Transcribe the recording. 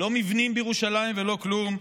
לא מבנים בירושלים ולא כלום.